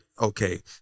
okay